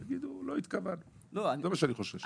יגידו: לא התכוונו זה מה שאני חושש.